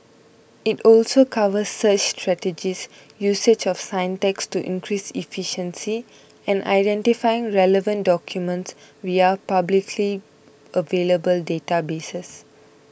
it also covers search strategies usage of syntax to increase efficiency and identifying relevant documents via publicly available databases